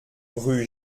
rue